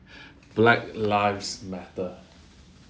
black lives matter